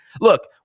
Look